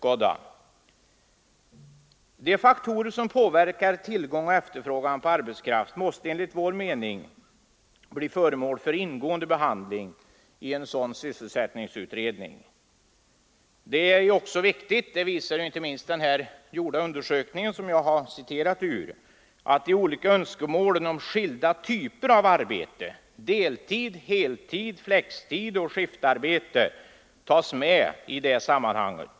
113 De faktorer som påverkar tillgång och efterfrågan på arbetskraft måste enligt vår mening bli föremål för ingående behandling i en sådan sysselsättningsutredning. Det är också viktigt att de olika önskemålen om skilda typer av arbete — deltid, heltid, flextid, skiftarbete m.m. — tas med i det sammanhanget.